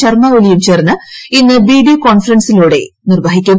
ശർമ്മ ഒലിയും ചേർന്ന് ഇന്ന് വീഡിയോ കോൺഫറൻസിലൂടെ നിർവ്വഹിക്കും